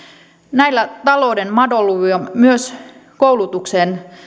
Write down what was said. näillä talouden madonluvuilla myös koulutukseen